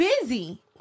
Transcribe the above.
busy